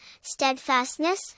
steadfastness